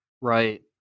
right